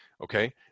okay